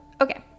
Okay